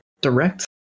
direct